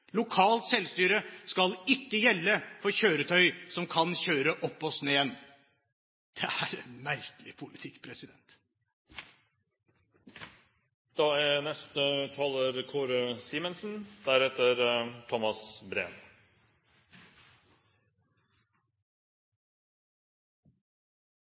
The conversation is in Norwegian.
Lokalt selvstyre skal ikke gjelde for kjøretøy som kan kjøre oppå snøen. Det er en merkelig politikk.